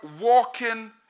walking